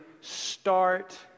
start